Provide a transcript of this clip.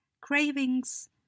Cravings